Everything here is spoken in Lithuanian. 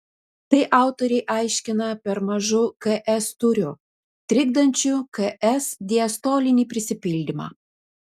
tai autoriai aiškina per mažu ks tūriu trikdančiu ks diastolinį prisipildymą